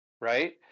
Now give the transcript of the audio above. right